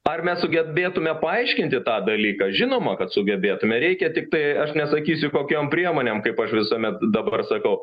ar mes sugebėtume paaiškinti tą dalyką žinoma kad sugebėtume reikia tiktai aš nesakysiu kokiom priemonėm kaip aš visuomet dabar sakau